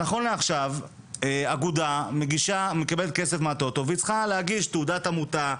נכון לעכשיו אגודה מקבלת כסף מה"טוטו" וצריכה להגיש: תעודת עמותה,